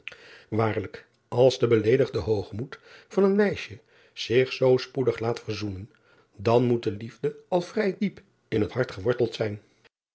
aarlijk als de beleedigde hoogmoed van een meisje zich zoo spoedig laat verzoenen dan moet de liefde al vrij diep in het hart geworteld zijn